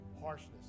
harshness